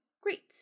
Great